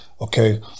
Okay